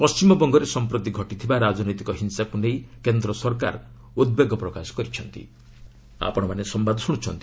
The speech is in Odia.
ପଣ୍ଠିମବଙ୍ଗରେ ସମ୍ପ୍ରତି ଘଟିଥିବା ରାଜନୈତିକ ହିଂସାକୁ ନେଇ କେନ୍ଦ୍ର ସରକାର ଉଦ୍ବେଗ ପ୍ରକାଶ କରିଚ୍ଛନ୍ତି